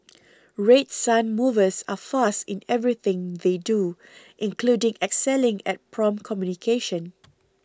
Red Sun Movers are fast in everything they do including excelling at prompt communication